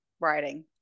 writing